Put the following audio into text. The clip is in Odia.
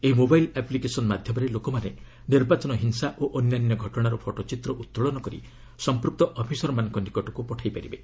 ଏହି ମୋବାଇଲ୍ ଆପ୍ଲିକେସନ୍ ମାଧ୍ୟମରେ ଲୋକମାନେ ନିର୍ବାଚନ ହିଂସା ଓ ଅନ୍ୟାନ୍ୟ ଘଟଣାର ଫଟୋଚିତ୍ର ଉତ୍ତୋଳନ କରି ସମ୍ପୃକ୍ତ ଅଫିସରମାନଙ୍କ ନିକଟକୁ ପଠାଇପାରିବେ